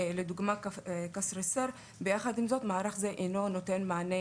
אך יחד עם זאת מערך זה אינו נותן מענה